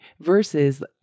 Versus